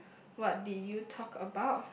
what did you talk about